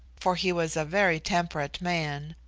for he was a very temperate man,